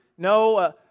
No